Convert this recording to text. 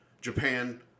Japan